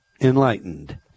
enlightened